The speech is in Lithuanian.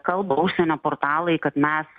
kalba užsienio portalai kad mes